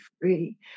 free